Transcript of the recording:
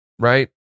Right